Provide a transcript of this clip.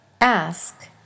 Ask